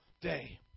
day